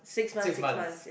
six months